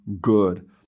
good